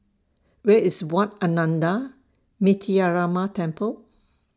Where IS Wat Ananda Metyarama Temple